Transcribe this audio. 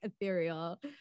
ethereal